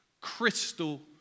crystal